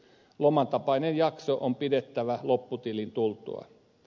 loman tapainen jakso on pidettävä lopputilin tultua